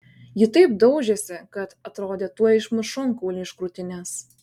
ji taip daužėsi kad atrodė tuoj išmuš šonkaulį iš krūtinės